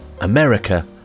America